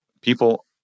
people